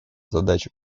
задачу